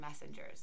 messengers